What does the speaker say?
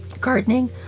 Gardening